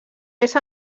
més